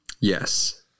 Yes